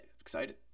Excited